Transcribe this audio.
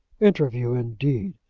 interview, indeed!